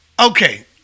Okay